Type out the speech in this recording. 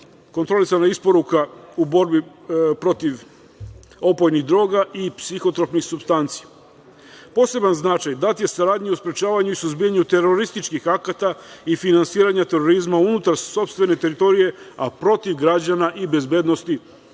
kontrolisana isporuka u borbi protiv opojnih droga i psihtropnih supstanci. Poseban značaja dat je saradnji u sprečavanju i suzbijanju terorističkih akata i finansiranja terorizma unutar sopstvene teritorije a protiv građana i bezbednosti